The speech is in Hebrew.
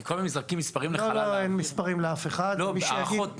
כי כל הזמן נזרקים מספרים לחלל האוויר, הערכות?